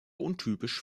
untypisch